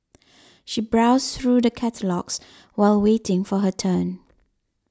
she browsed through the catalogues while waiting for her turn